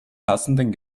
passenden